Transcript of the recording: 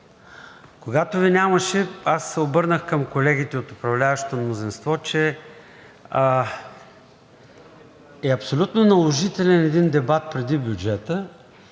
Когато Ви нямаше, аз се обърнах към колегите от управляващото мнозинство, че е абсолютно наложителен един дебат преди бюджета